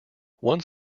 one